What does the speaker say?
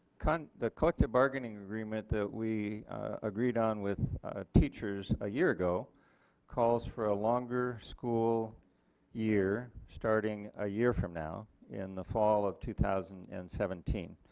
kind of collective bargaining agreement that we agreed on with ah teachers a year ago calls for a longer school year starting a year from now in the fall of two thousand and seventeen.